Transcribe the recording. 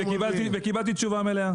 -- וקיבלתי תשובה מלאה.